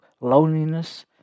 loneliness